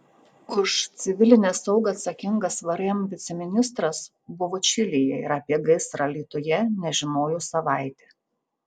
už civilinę saugą atsakingas vrm viceministras buvo čilėje ir apie gaisrą alytuje nežinojo savaitę